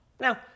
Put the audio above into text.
Now